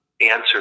answer